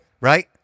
Right